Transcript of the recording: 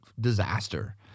disaster